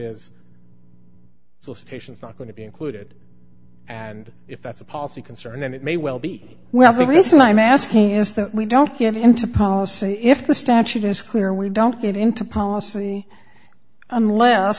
is so stations not going to be included and if that's a policy concern then it may well be well the reason i'm asking is that we don't get into policy if the statute is clear we don't get into policy unless